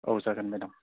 औ जागोन मेडाम